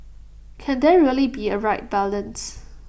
can there really be A right balance